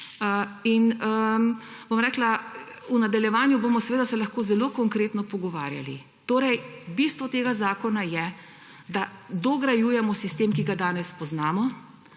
členih in v nadaljevanju se bomo seveda lahko zelo konkretno pogovarjali. Bistvo tega zakona je, da dograjujemo sistem, ki ga danes poznamo,